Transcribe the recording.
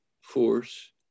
force